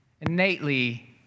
innately